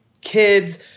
kids